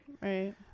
Right